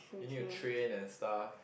you need to train and stuff